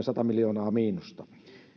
sata miljoonaa miinusta